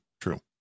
true